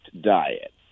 diet